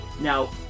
Now